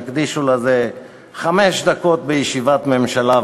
תקדישו לזה חמש דקות בישיבת ממשלה,